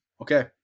Okay